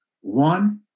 One